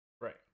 right